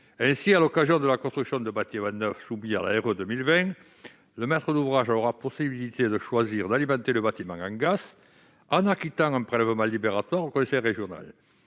». À l'occasion de la construction d'un bâtiment neuf soumis à la RE2020, le maître d'ouvrage aura la possibilité de choisir d'alimenter le bâtiment en gaz, en acquittant un prélèvement libératoire au conseil régional.